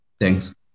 Thanks